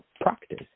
practice